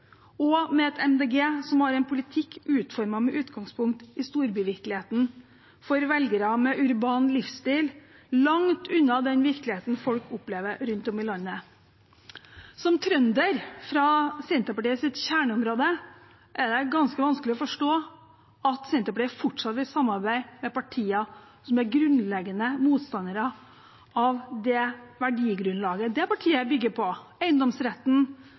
og med et MDG som har en politikk utformet med utgangspunkt i storbyvirkeligheten for velgere med urban livsstil – langt unna den virkeligheten folk opplever rundt om i landet. Som trønder, fra Senterpartiets kjerneområde, er det ganske vanskelig å forstå at Senterpartiet fortsatt vil samarbeide med partier som er grunnleggende motstandere av det verdigrunnlaget det partiet bygger på: eiendomsretten,